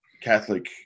Catholic